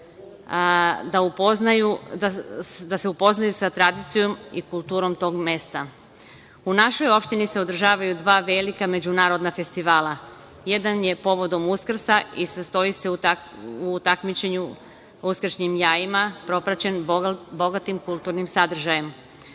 da se upoznaju sa tradicijom i kulturom tog mesta. U našoj opštini se održavaju dva velika međunarodna festivala, jedan je povodom Uskrsa i sastoji se u takmičenju uskršnjim jajima, propraćen bogatim kulturnim sadržajem.